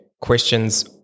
questions